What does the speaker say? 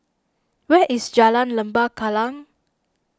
where is Jalan Lembah Kallang